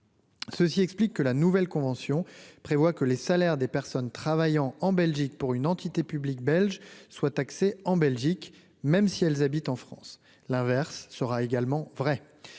Ceci explique que la nouvelle convention prévoit que les salaires des personnes travaillant en Belgique pour une entité publique belge soit taxé en Belgique, même si elle habitent en France l'inverse sera également vrai